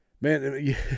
Man